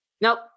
Nope